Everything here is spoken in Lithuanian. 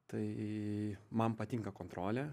tai man patinka kontrolė